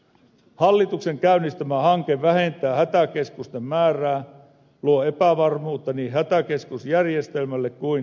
hallituksen käynnistämä hanke vähentää hätäkeskusten määrää luo epävarmuutta niin hätäkeskusjärjestelmälle kuin turvallisuusrakenteellekin